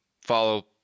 follow